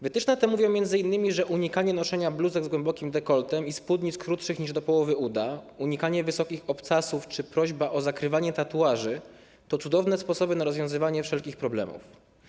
Wytyczne te mówią m.in., że unikanie noszenia bluzek z głębokim dekoltem i spódnic krótszych niż do połowy uda, unikanie wysokich obcasów czy prośba o zakrywanie tatuaży to cudowne sposoby na rozwiązywanie wszelkich problemów.